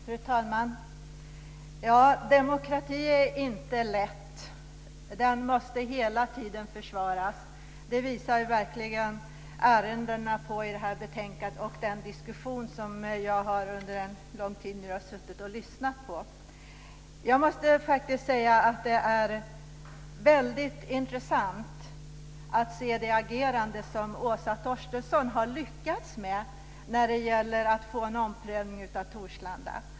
Fru talman! Demokrati är inte lätt. Den måste hela tiden försvaras. Det visar ärendena i det här betänkandet och den diskussion som jag under en lång tid har lyssnat på. Jag måste säga att det är intressant att se det agerande som Åsa Torstensson har lyckats med när det gäller att få en omprövning av Torslanda.